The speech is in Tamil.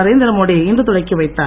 நரேந்திரமோடி இன்று தொடக்கி வைத்தார்